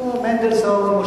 מנדלסון.